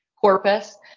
corpus